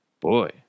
Boy